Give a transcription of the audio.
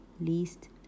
least